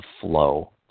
flow